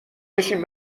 بشین